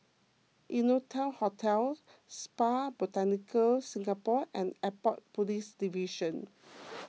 Innotel Hotel Spa Botanica Singapore and Airport Police Division